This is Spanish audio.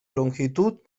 longitud